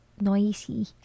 noisy